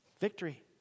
Victory